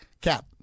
cap